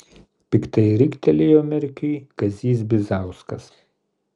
piktai riktelėjo merkiui kazys bizauskas